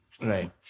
Right